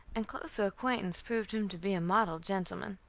and closer acquaintance proved him to be a model gentleman.